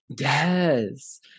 Yes